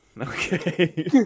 Okay